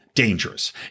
Dangerous